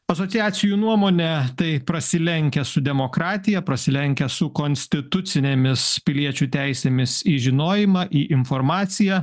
asociacijų nuomone tai prasilenkia su demokratija prasilenkia su konstitucinėmis piliečių teisėmis į žinojimą į informaciją